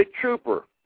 trooper